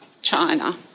China